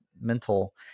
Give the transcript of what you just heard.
mental